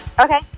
Okay